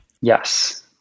Yes